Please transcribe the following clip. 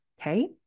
okay